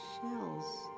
shells